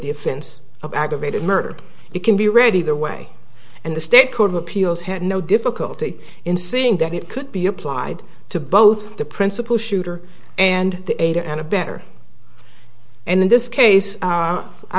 offense of aggravated murder it can be ready the way and the state court of appeals had no difficulty in seeing that it could be applied to both the principal shooter and the ada and a better and in this case